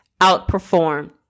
Outperformed